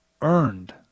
earned